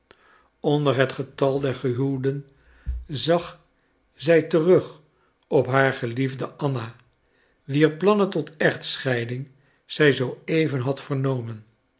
onder het getal der gehuwden zag zij terug op haar geliefde anna wier plannen tot echtscheiding zij zooeven had vernomen